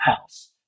house